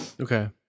Okay